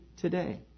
today